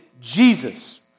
Jesus